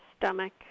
stomach